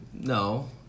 No